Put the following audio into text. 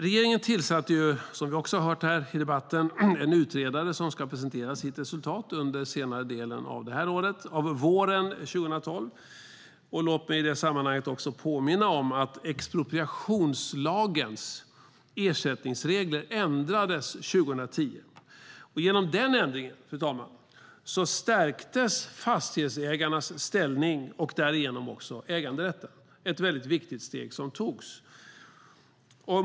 Regeringen tillsatte, som vi också har hört här i debatten, en utredare som ska presentera sitt resultat under senare delen av våren 2012. Låt mig i det sammanhanget också påminna om att expropriationslagens ersättningsregler ändrades 2010. Genom den ändringen stärktes fastighetsägarnas ställning och därigenom också äganderätten. Det var ett mycket viktigt steg som togs.